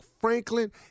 Franklin